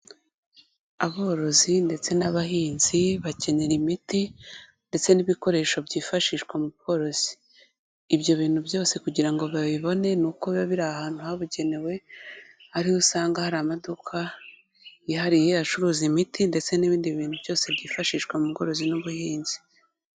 Aborozi ndetse n'abahinzi bakenera imiti ndetse n'ibikoresho byifashishwa mu bworozi, ibyo bintu byose kugira ngo babibone ni uko biba biri ahantu habugenewe, ariho usanga hari amaduka yihariye acuruza imiti ndetse n'ibindi bintu byose byifashishwa mu bworozi n'ubuhinzi.